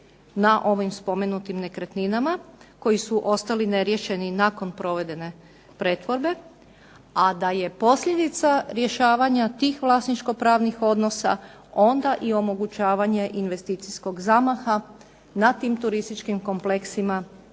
na ovim spomenutim nekretninama koji su ostali neriješeni nakon provedene pretvorbe, a da je posljedica rješavanja tih vlasničko-pravnih odnosa onda i omogućavanje investicijskog zamaha na tim turističkim kompleksima